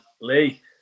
Lee